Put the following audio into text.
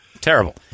Terrible